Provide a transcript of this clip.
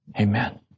Amen